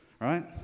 right